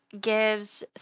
gives